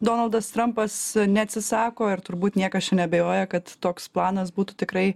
donaldas trampas neatsisako ir turbūt niekas čia neabejoja kad toks planas būtų tikrai